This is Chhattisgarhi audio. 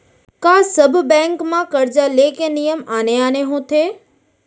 का सब बैंक म करजा ले के नियम आने आने होथे?